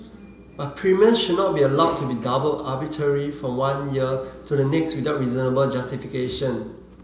but premiums should not be allowed to be doubled arbitrarily from one year to the next without reasonable justification